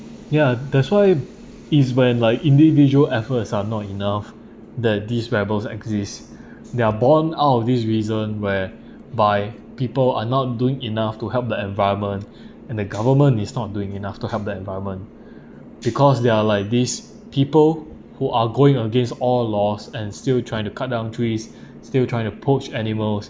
ya that's why is when like individual efforts are not enough that these rebels exist they are born out of this reason where by people are not doing enough to help the environment and the government is not doing enough to help the environment because they are like this people who are going against all laws and still trying to cut down trees still trying to poach animals